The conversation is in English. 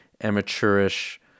amateurish